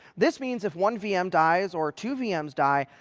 this means, if one vm dies or two vms die,